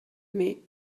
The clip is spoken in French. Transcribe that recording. mais